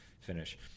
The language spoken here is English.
finish